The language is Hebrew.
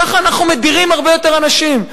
ככה אנחנו מדירים הרבה יותר אנשים,